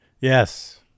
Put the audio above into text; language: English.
Yes